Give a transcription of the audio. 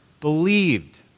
believed